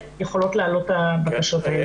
יכולות לעלות הבקשות האלה,